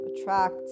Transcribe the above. attract